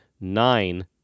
nine